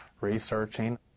researching